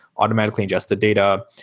automatically infest the data.